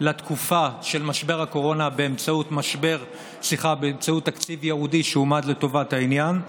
לתקופה של משבר הקורונה באמצעות תקציב ייעודי שהועמד לטובת העניין,